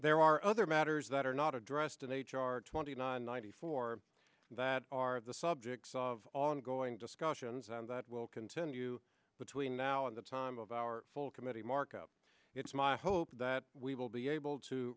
there are other matters that are not addressed in h r twenty nine ninety four that are the subjects of ongoing discussions and that will continue between now and the time of our full committee markup it's my hope that we will be able to